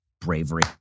Bravery